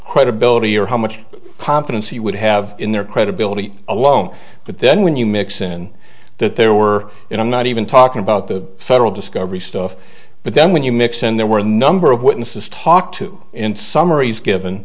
credibility or how much confidence he would have in their credibility alone but then when you mix in that there were in i'm not even talking about the federal discovery stuff but then when you mix and there were a number of witnesses talked to in summaries given